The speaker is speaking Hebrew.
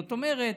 זאת אומרת,